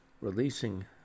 releasing